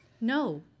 No